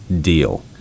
deal